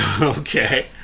Okay